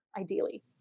ideally